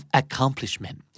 accomplishment